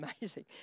amazing